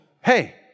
Hey